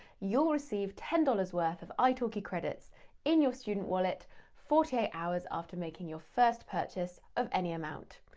you'll receive ten dollars worth of ah italki credits in your student wallet forty eight hours after making your first purchase of any amount.